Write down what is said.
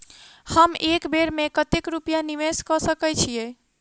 हम एक बेर मे कतेक रूपया निवेश कऽ सकैत छीयै?